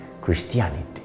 Christianity